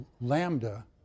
lambda